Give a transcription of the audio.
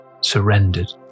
surrendered